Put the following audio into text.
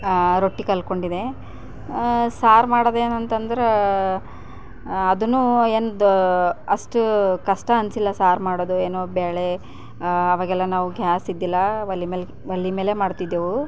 ರೊಟ್ಟಿ ಕಲಿತ್ಕೊಂಡಿದ್ದೆ ಸಾರು ಮಾಡೋದೇನಂತಂದರೆ ಅದನ್ನು ಎಂದು ಅಷ್ಟು ಕಷ್ಟ ಅನ್ನಿಸಿಲ್ಲ ಸಾರು ಮಾಡೋದು ಏನು ಬೇಳೆ ಆವಾಗೆಲ್ಲ ನಾವು ಗ್ಯಾಸ್ ಇದ್ದಿಲ್ಲ ಒಲೆ ಮೇಲೆ ಒಲೆ ಮೇಲೆ ಮಾಡುತ್ತಿದ್ದೆವು